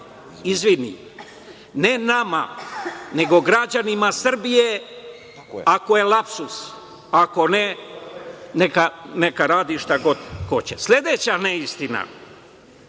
izvini, ne nama, nego građanima Srbije, ako je lapsus, a ako ne, neka radi šta god hoće. Sledeća neistina